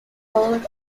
heart